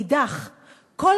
ומאידך גיסא,